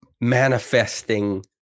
manifesting